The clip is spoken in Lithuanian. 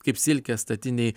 kaip silkės statinėj